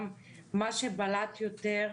גם מה שבלט יותר,